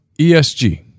ESG